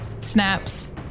Snaps